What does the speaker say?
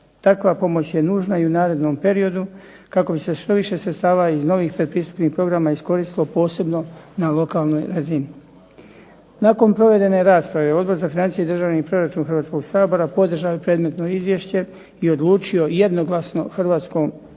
Takva pomoć je nužna i u narednom periodu kako bi se što više sredstava iz novih pretpristupnih programa iskoristilo, posebno na lokalnoj razini. Nakon provedene rasprave Odbor za financije i državni proračun Hrvatskoga sabora podržao je predmetno izvješće i odlučio jednoglasno Hrvatskom saboru